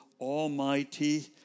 Almighty